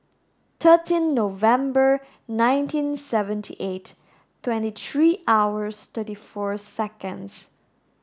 thirteen November nineteen seventy eight twenty three hours thirty four seconds